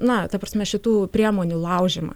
na ta prasme šitų priemonių laužymą